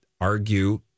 argue